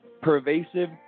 pervasive